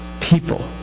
people